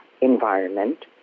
environment